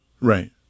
right